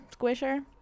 squisher